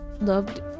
loved